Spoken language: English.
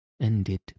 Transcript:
ended